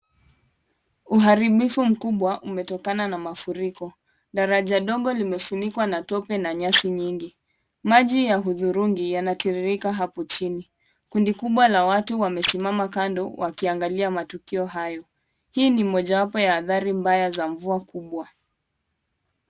Uharibifu mkubwa umetokana na mafuriko. Daraja ndogo limefunikwa na tope na nyasi nyingi. Maji ya hudhurungi yanatiririka hapo chini. Kundi kubwa la watu wamesimama kando wakiangalia matukio hayo. Hii ni moja wapo ya athari mbaya za mvua kubwa.